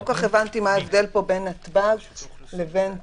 לא כל כך הבנתי מה ההבדל פה בין נתב"ג לבין טאבה,